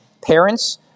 parents